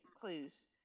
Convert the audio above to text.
clues